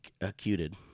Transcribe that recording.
acuted